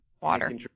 water